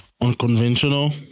unconventional